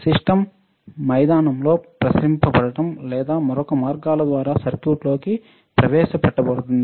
system మైదానంలో ప్రసరింప బడటం లేదా మరొక మార్గాల ద్వారా సర్క్యూట్లోకి ప్రవేశపెట్టబడింది